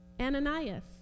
Ananias